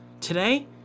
Today